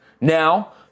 Now